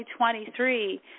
2023